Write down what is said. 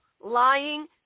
lying